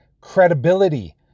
credibility